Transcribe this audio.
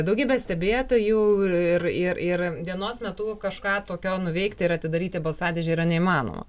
daugybės stebėtojų ir ir dienos metu kažką tokio nuveikti ir atidaryti balsadėžę yra neįmanoma